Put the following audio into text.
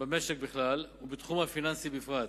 במשק בכלל ובתחום הפיננסי בפרט,